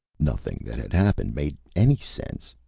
nothing that had happened made any sense.